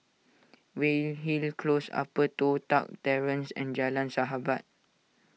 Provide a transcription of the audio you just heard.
Weyhill Close Upper Toh Tuck Terrace and Jalan Sahabat